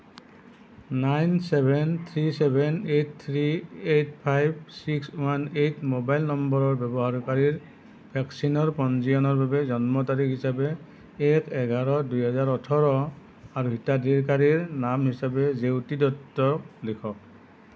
nine seven three seven eight three eight five six one eight mobile নম্বৰৰ ব্যৱহাৰকাৰীৰ ভেকচিনৰ পঞ্জীয়নৰ বাবে জন্ম তাৰিখ হিচাপে এক এঘাৰ দুহেজাৰ ওঠৰ আৰু হিতাধিকাৰীৰ নাম হিচাপে জেউতি দত্ত লিখক